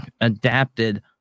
adapted